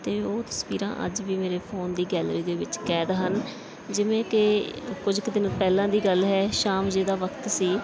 ਅਤੇ ਉਹ ਤਸਵੀਰਾਂ ਅੱਜ ਵੀ ਮੇਰੇ ਫੋਨ ਦੀ ਗੈਲਰੀ ਦੇ ਵਿੱਚ ਕੈਦ ਹਨ ਜਿਵੇਂ ਕਿ ਕੁਝ ਕੁ ਦਿਨ ਪਹਿਲਾਂ ਦੀ ਗੱਲ ਹੈ ਸ਼ਾਮ ਜਿਹੀ ਦਾ ਵਕਤ ਸੀ